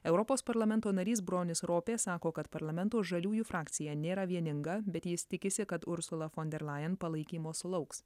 europos parlamento narys bronis ropė sako kad parlamento žaliųjų frakcija nėra vieninga bet jis tikisi kad ursula fon der lajen palaikymo sulauks